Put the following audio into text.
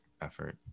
effort